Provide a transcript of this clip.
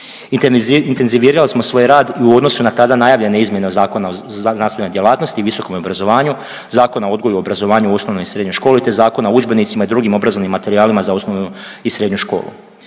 Intenzivirali smo svoj rad i u odnosu na tada najavljene izmjene Zakona o znanstvenoj djelatnosti i visokom obrazovanju, Zakona o odgoju i obrazovanju u osnovnoj i srednjoj školi te Zakona o udžbenicima i drugim obrazovnim materijalima za osnovnu i srednju školu.